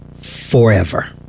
forever